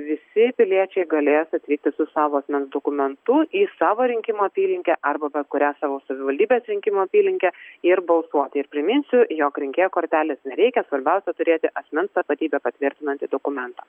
visi piliečiai galės atvykti su savo asmens dokumentu į savo rinkimų apylinkę arba bet kurią savo savivaldybės rinkimų apylinkę ir balsuoti ir priminsiu jog rinkėjo kortelės nereikia svarbiausia turėti asmens tapatybę patvirtinantį dokumentą